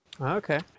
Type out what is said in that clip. Okay